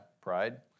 pride